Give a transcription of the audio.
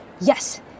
Yes